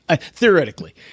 theoretically